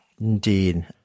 Indeed